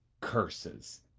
curses